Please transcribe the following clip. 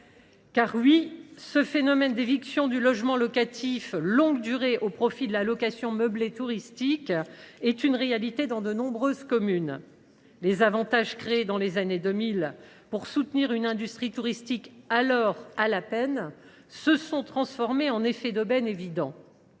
Car oui, ce phénomène d’éviction du logement locatif de longue durée au profit de la location meublée touristique est une réalité dans de nombreuses communes. Les avantages créés dans les années 2000 pour soutenir une industrie touristique alors à la peine se sont transformés en effet d’aubaine évident.